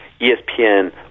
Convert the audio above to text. ESPN